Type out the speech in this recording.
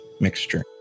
mixture